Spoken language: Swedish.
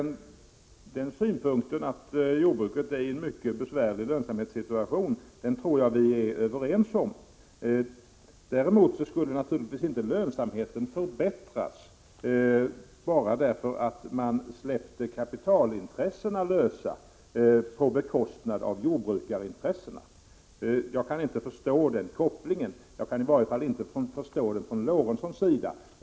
Att jordbruket är i en mycket besvärlig lönsamhetssituation tror jag vi är överens om. Men lönsamheten skulle naturligtvis inte förbättras bara därför att man släppte in kapitalintressena på bekostnad av jordbrukarintressena. Jag kan inte förstå den kopplingen — i varje fall inte att Sven Eric Lorentzon gör den kopplingen.